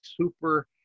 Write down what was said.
super